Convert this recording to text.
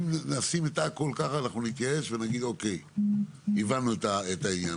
אחרת, אנחנו נתייאש ונגיד: אוקיי, הבנו את העניין.